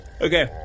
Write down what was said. Okay